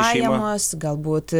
pajamos galbūt